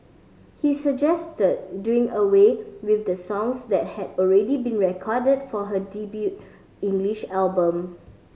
he suggested doing away with the songs that had already been recorded for her debut English album